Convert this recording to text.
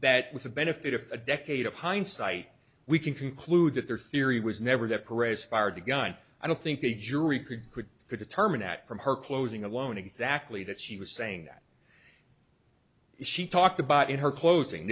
that with the benefit of a decade of hindsight we can conclude that their theory was never that parade's fired a gun i don't think the jury could could could determine at from her closing alone exactly that she was saying that she talked about in her closing